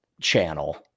channel